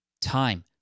time